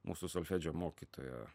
mūsų solfedžio mokytoja